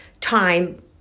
time